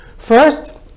First